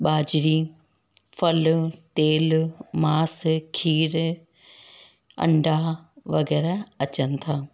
बाजरी फल तेल मांस खीरु अंडा वग़ैरह अचनि था